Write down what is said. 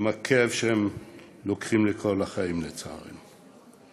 בכאב שהם לוקחים לכל החיים, לצערנו.